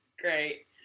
great